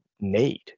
need